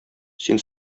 син